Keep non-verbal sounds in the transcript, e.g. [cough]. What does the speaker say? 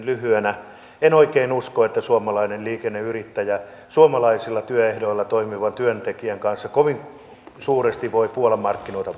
[unintelligible] lyhyenä en oikein usko että suomalainen liikenneyrittäjä suomalaisilla työehdoilla toimivan työntekijän kanssa kovin suuresti voi puolan markkinoita [unintelligible]